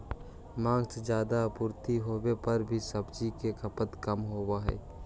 माँग से ज्यादा आपूर्ति होवे पर भी सब्जि के खपत कम होवऽ हइ